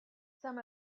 some